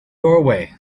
doorway